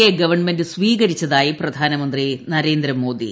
A government സ്വീകരിച്ചതായി പ്രധാനമന്ത്രി നരേന്ദ്രമോദി